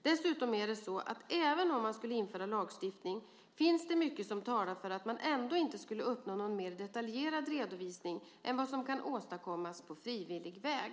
Dessutom är det så att även om man skulle införa lagstiftning, finns det mycket som talar för att man ändå inte skulle uppnå någon mer detaljerad redovisning än vad som kan åstadkommas på frivillig väg.